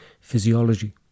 physiology